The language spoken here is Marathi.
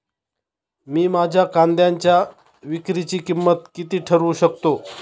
मी माझ्या कांद्यांच्या विक्रीची किंमत किती ठरवू शकतो?